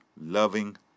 loving